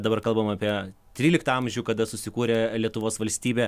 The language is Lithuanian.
dabar kalbam apie tryliktą amžių kada susikūrė lietuvos valstybė